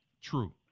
True